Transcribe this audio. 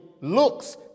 looks